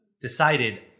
decided